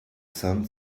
sun